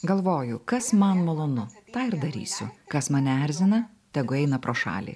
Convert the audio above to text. galvoju kas man malonu tą ir darysiu kas mane erzina tegu eina pro šalį